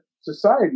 society